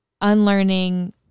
unlearning